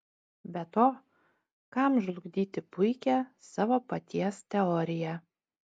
be to kam žlugdyti puikią savo paties teoriją